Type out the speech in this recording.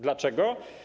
Dlaczego?